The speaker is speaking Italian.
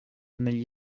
negli